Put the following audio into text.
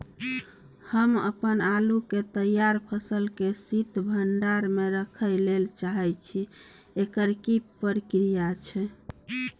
हम अपन आलू के तैयार फसल के शीत भंडार में रखै लेल चाहे छी, एकर की प्रक्रिया छै?